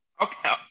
Okay